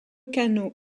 canot